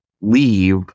leave